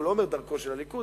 הוא לא אומר "דרכו של הליכוד",